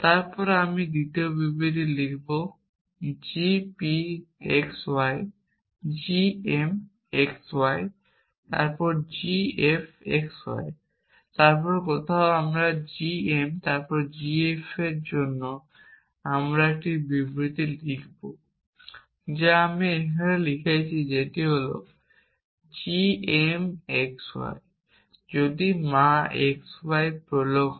তারপর আমি দ্বিতীয় বিবৃতি লিখব g p x y g m x y তারপর g f x y তারপর কোথাও আমি g m তারপর g f এর জন্য একটি বিবৃতি লিখব যা আমি এখানে লিখেছি যেটি হল g m x y যদি একটি মা x y প্রলোগ হয়